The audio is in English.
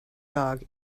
dog